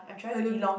I don't